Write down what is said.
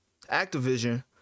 activision